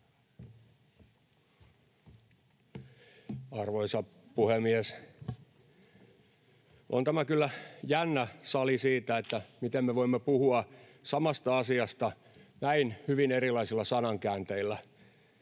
Arvoisa puhemies! On tämä kyllä jännä sali siitä, miten me voimme puhua samasta asiasta näin hyvin erilaisilla sanankäänteillä.